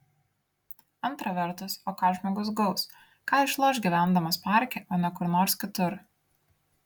antra vertus o ką žmogus gaus ką išloš gyvendamas parke o ne kur nors kitur